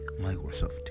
Microsoft